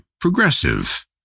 Progressive